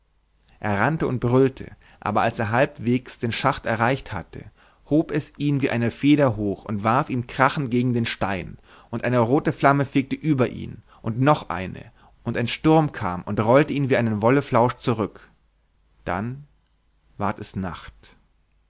er rannte und brüllte aber als er halbwegs den schacht erreicht hatte hob es ihn wie eine feder hoch und warf ihn krachend gegen den stein und eine rote flamme fegte über ihn und noch eine und ein sturm kam und rollte ihn wie einen wolleflausch zurück dann ward es nacht